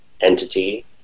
entity